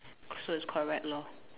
so it's correct lor